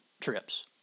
trips